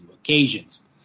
occasions